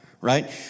right